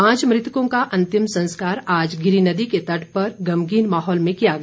पांच मृतकों का अंतिम संस्कार आज गिरी नदी के तट पर गमगीन माहौल में किया गया